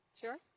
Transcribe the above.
Sure